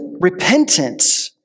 repentance